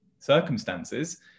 circumstances